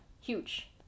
huge